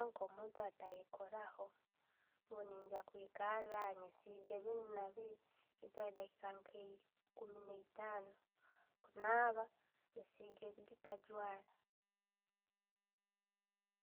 Nko 'omuntu ateyekoraho, nenijja kwikaraa, nesiige binno na biiri nentwaara dakiika nka ekuumi neitaano, naba, nessiga ebiigita jwara.